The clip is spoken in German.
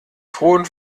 frohen